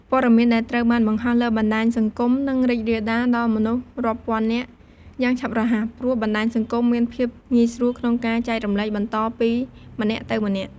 ព័ត៌មាន ដែលត្រូវបាន បង្ហោះលើបណ្ដាញសង្គម នឹង រីករាលដាល ដល់ មនុស្សរាប់ពាន់នាក់ យ៉ាងឆាប់រហ័ស ព្រោះ បណ្ដាញសង្គម មាន ភាពងាយស្រួល ក្នុងការ ចែករំលែកបន្ត ពីម្នាក់ទៅម្នាក់។